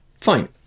Fine